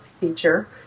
feature